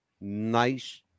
nice